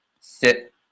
sit